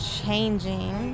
changing